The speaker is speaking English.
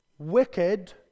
wicked